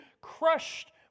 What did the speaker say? crushed